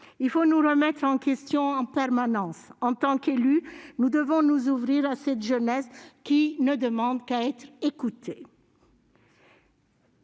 devons nous remettre en question en permanence ; nous devons nous ouvrir à cette jeunesse, qui ne demande qu'à être écoutée.